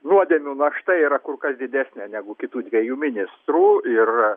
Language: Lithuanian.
nuodėmių našta yra kur kas didesnė negu kitų dviejų ministrų ir